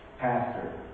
pastor